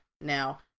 now